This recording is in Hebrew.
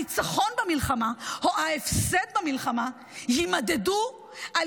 הניצחון במלחמה או ההפסד במלחמה יימדדו על